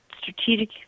strategic